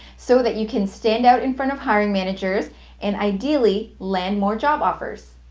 so that you can stand out in front of hiring managers and ideally, land more job offers.